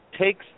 takes